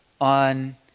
on